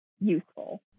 useful